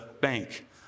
bank